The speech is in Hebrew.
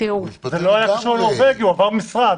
לא היה קשור לנורבגי, הוא עבר משרד.